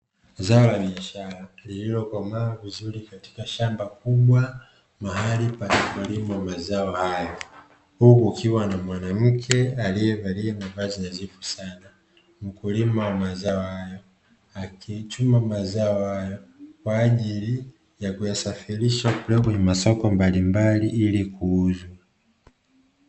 Zao la biashara lililokomaa vizuri katika shamba kubwa mahali panapolimwa mazao hayo, huku kukiwa na mwanamke aliyevalia mavazi nadhifu sana mkulima wa mazao hayo, akichuma mazao hayo kwa ajili ya kuyasafirisha kupeleka kwenye masoko mbalimbali ili kuuzwa.